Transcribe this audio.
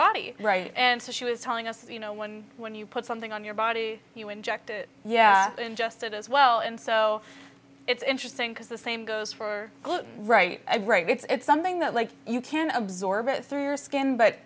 body right and so she was telling us you know when when you put something on your body you inject it yeah ingested as well and so it's interesting because the same goes for gluten right great it's something that like you can absorb it through your skin but